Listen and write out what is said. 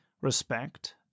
respect